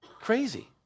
Crazy